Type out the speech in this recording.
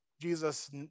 Jesus